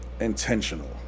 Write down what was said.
intentional